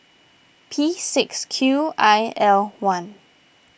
P six Q I L one